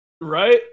Right